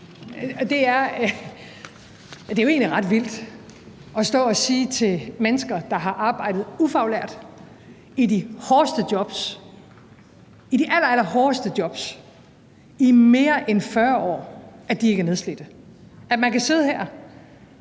Det er jo egentlig ret vildt at stå og sige til mennesker, der har arbejdet ufaglært i de hårdeste jobs, i de allerallerhårdeste jobs, i mere end 40 år, at de ikke er nedslidte, altså at man kan sidde her